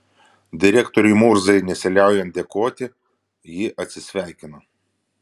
direktoriui murzai nesiliaujant dėkoti ji atsisveikino